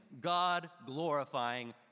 God-glorifying